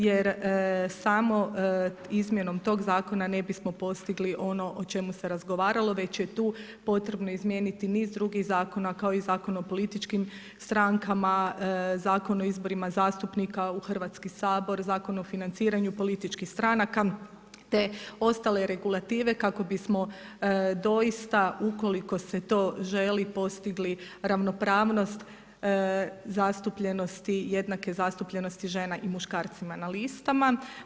Jer samom tom izmjenom tog zakona ne bismo postigli ono o čemu se razgovaralo već je tu potrebno izmijeniti niz drugih zakona kao i Zakona o političkim strankama, Zakona o izborima zastupnika u Hrvatski sabor, Zakon o financiranju političkih stranaka, te ostale regulative kako bismo doista ukoliko se to želi postigli ravnopravnost, zastupljenost i jednake zastupljenosti žena i muškaraca na listama.